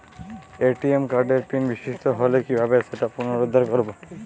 ATM কার্ডের PIN বিস্মৃত হলে কীভাবে সেটা পুনরূদ্ধার করব?